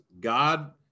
God